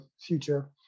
future